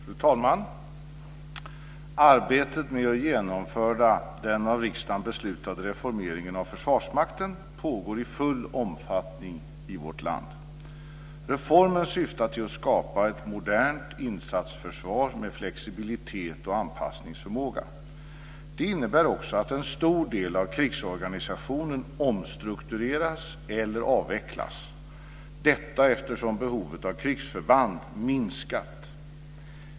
Fru talman! Arbetet med att genomföra den av riksdagen beslutade reformeringen av Försvarsmakten pågår i full omfattning i vårt land. Reformen syftar till att skapa ett modernt insatsförsvar med flexibilitet och anpassningsförmåga. Den innebär också att en stor del av krigsorganisationen omstruktureras eller avvecklas, detta eftersom behovet av krigsförband minskat.